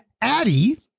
Addie